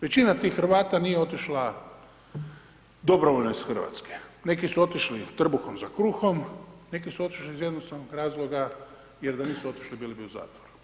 Većina tih Hrvata nije otišla dobrovoljno iz Hrvatske, neki su otišli trbuhom za kruhom, neki su otišli iz jednostavnog razloga jer da nisu otišli bili bi u zatvoru.